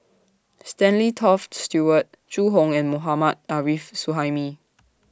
Stanley Toft Stewart Zhu Hong and Mohammad Arif Suhaimi